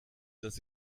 dass